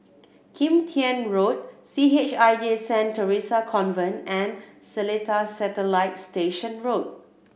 Kim Tian Road C H I J Saint Theresa Convent and Seletar Satellite Station Road